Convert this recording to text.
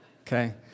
okay